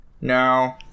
no